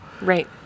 Right